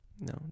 No